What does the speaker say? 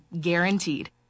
Guaranteed